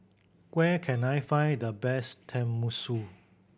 where can I find the best Tenmusu